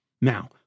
Now